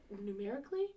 numerically